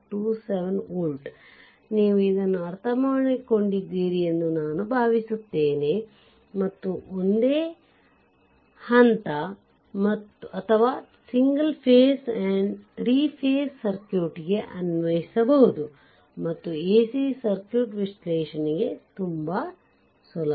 27 volt ನೀವು ಇದನ್ನು ಅರ್ಥಮಾಡಿಕೊಂಡಿದ್ದೀರಿ ಎಂದು ನಾನು ಭಾವಿಸುತ್ತೇನೆ ಮತ್ತು ಒಂದೇ ಹಂತ ಮತ್ತು 3 ಹಂತಗಳ ಸರ್ಕ್ಯೂಟ್ಗೆ ಅನ್ವಯಿಸಬಹುದು ಮತ್ತು AC ಸರ್ಕ್ಯೂಟ್ ವಿಶ್ಲೇಷಣೆಗೆ ತುಂಬಾ ಸುಲಭ